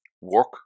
work